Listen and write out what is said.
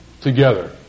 together